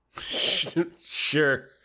Sure